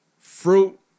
fruit